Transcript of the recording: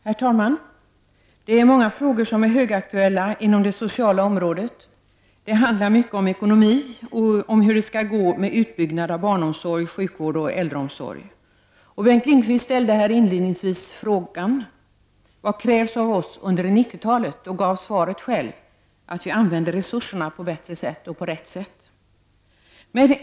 Herr talman! Det är många frågor som är högaktuella inom det sociala området. Det handlar mycket om ekonomi och om hur det skall gå med utbyggnad av barnomsorg, sjukvård och äldreomsorg. Bengt Lindqvist ställde här inledningsvis frågan: Vad krävs av oss under 1990 talet? Han gav svaret själv: att vi använder resurserna på bättre sätt och på rätt sätt.